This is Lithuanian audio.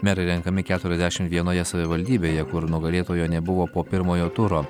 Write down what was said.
merai renkami keturiasdešimt vienoje savivaldybėje kur nugalėtojo nebuvo po pirmojo turo